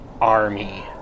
army